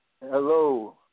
Hello